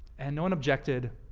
and no one objected